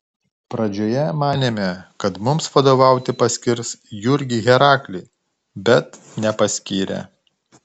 pradžioje manėme kad mums vadovauti paskirs jurgį heraklį bet nepaskyrė